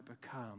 become